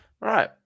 Right